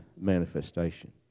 manifestation